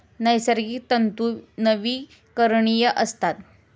नैसर्गिक तंतू नवीकरणीय असतात